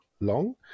long